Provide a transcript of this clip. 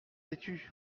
vêtue